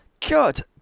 Cut